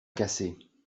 casser